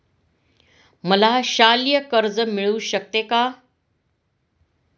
मला शालेय कर्ज मिळू शकते का?